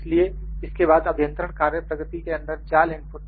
इसलिए इसके बाद अभियंत्रण कार्य प्रगति के अंदर जाल इनपुट